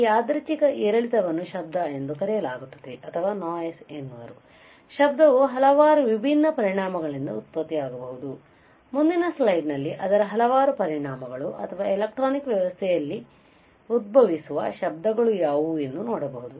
ಈ ಯಾದೃಚ್ಛಿಕ ಏರಿಳಿತವನ್ನು ಶಬ್ದ ಎಂದು ಕರೆಯಲಾಗುತ್ತದೆ ಶಬ್ದವು ಹಲವಾರು ವಿಭಿನ್ನ ಪರಿಣಾಮಗಳಿಂದ ಉತ್ಪತ್ತಿಯಾಗಬಹುದು ಮುಂದಿನ ಸ್ಲೈಡ್ನಲ್ಲಿ ಅದರ ಹಲವಾರು ಪರಿಣಾಮಗಳು ಅಥವಾ ಎಲೆಕ್ಟ್ರಾನಿಕ್ ವ್ಯವಸ್ಥೆಯಲ್ಲಿ ಉದ್ಭವಿಸುವ ಶಬ್ದಗಳು ಯಾವುವು ಎಂದು ನೋಡಬಹುದು